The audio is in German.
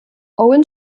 owen